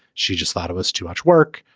she just thought it was too much work.